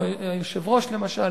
כמו היושב-ראש, למשל,